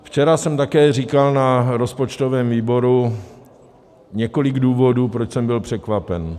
Včera jsem také říkal na rozpočtovém výboru několik důvodů, proč jsem byl překvapen.